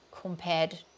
compared